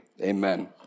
Amen